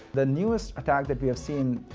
the newest attack that we are seeing,